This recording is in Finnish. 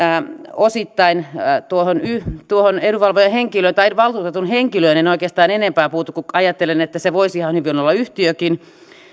osittain tuohon tuohon edunvalvojan henkilöön tai valtuutetun henkilöön en oikeastaan enempää puutu kun ajattelen että se voisi ihan hyvin olla yhtiökin